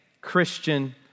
Christian